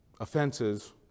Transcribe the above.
offenses